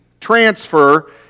transfer